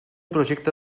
projecte